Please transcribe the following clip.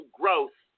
growth